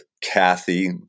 Kathy